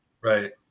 Right